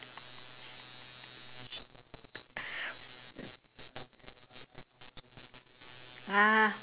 ah